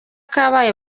kabaye